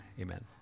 amen